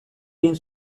egin